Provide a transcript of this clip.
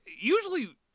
usually